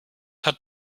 hat